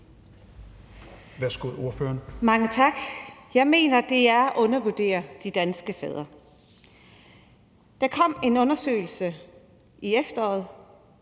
Værsgo til ordføreren). Mange tak. Jeg mener, det er at undervurdere de danske fædre. Der kom en undersøgelse i efteråret,